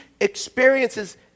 experiences